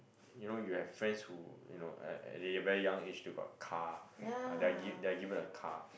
you know you have friends who you know at their very young age they got a car uh they are give they are given a car